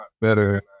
better